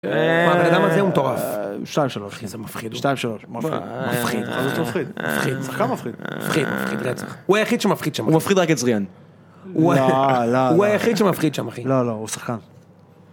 הבן אדם הזה הוא מטורף. 2 3. אחי, איזה מפחיד הוא. 2 3. מפחיד מפחיד שחקן מפחיד, מפחיד, מפחיד רצח, הוא היחיד שמפחיד שם, הוא מפחיד רק את זריאן. לא, לא, הוא היחיד שמפחיד שם אחי. לא, לא, הוא שחקן.